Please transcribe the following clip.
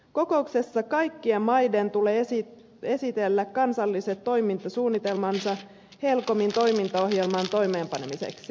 kokouksessa kaikkien maiden tulee esitellä kansalliset toimintasuunnitelmansa helcomin toimintaohjelman toimeenpanemiseksi